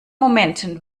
momenten